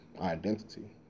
identity